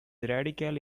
radical